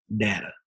data